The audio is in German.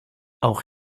auch